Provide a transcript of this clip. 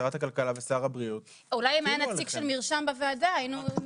שרת הכלכלה ושר הבריאות הטילו עליכם.